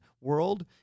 world